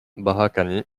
barakani